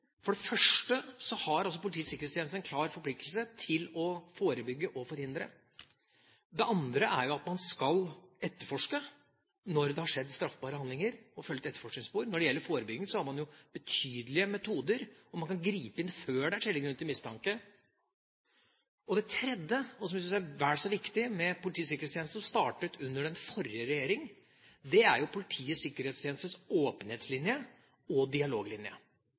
For det første har Politiets sikkerhetstjeneste en klar forpliktelse til å forebygge og forhindre. For det andre skal man etterforske når det har skjedd straffbare handlinger, og følge et etterforskningsspor. Når det gjelder forebygging, har man jo betydelige metoder, og man kan gripe inn før det er skjellig grunn til mistanke. Det tredje, som jeg synes er vel så viktig, og som startet under den forrige regjering, er Politiets sikkerhetstjenestes åpenhetslinje og dialoglinje.